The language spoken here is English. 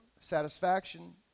satisfaction